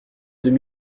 deux